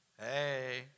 Hey